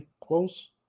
close